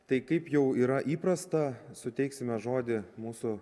tai kaip jau yra įprasta suteiksime žodį mūsų